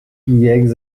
eggs